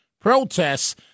protests